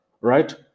Right